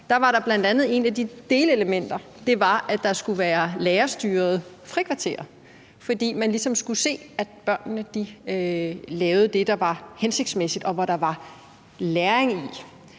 meget, var et af delelementerne bl.a., at der skulle være lærerstyrede frikvarterer, fordi man ligesom skulle se, at børnene lavede det, der var hensigtsmæssigt, og hvor der var læring.